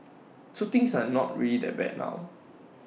so things are not really that bad now